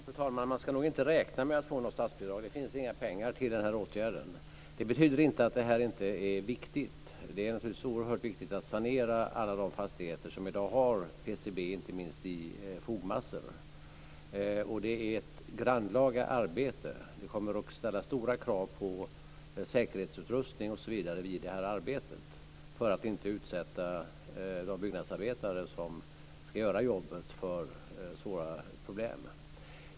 Fru talman! Man ska nog inte räkna med att få något statsbidrag. Det finns inga pengar till denna åtgärd. Det betyder inte att det inte är viktigt. Det är naturligtvis oerhört viktigt att sanera alla de fastigheter som i dag har PCB inte minst i fogmassan. Det är ett grannlaga arbete. Det kommer att ställas stora krav på säkerhetsutrustning, osv., vid detta arbete, för att man inte ska utsätta de byggnadsarbetare som ska göra jobbet för svåra problem.